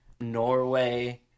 Norway